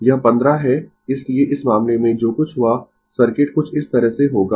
यह 15 है इसलिए इस मामले में जो कुछ हुआ सर्किट कुछ इस तरह से होगा